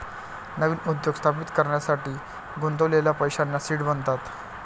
नवीन उद्योग स्थापित करण्यासाठी गुंतवलेल्या पैशांना सीड म्हणतात